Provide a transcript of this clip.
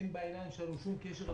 אין בעיניים שלנו שום קשר לבחירות.